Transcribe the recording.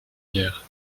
hier